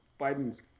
Biden's